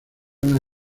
una